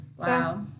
Wow